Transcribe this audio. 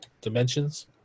dimensions